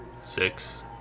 Six